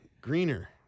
greener